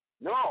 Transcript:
no